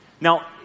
Now